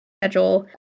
schedule